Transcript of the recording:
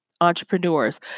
entrepreneurs